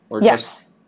Yes